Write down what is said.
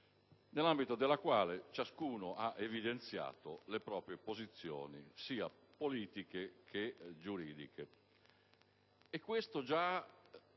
nell'ambito della quale ciascuno ha evidenziato le proprie posizioni, sia politiche sia giuridiche.